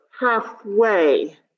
halfway